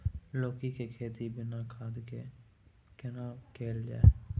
लौकी के खेती बिना खाद के केना कैल जाय?